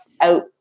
out